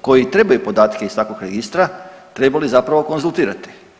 koji trebaju podatke iz takvog registra trebali zapravo konzultirati.